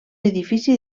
edifici